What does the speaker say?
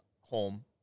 home